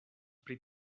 pri